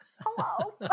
hello